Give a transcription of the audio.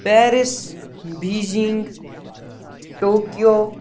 Paris Beijing Tokyo